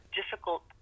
difficult